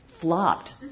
flopped